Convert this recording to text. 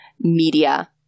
media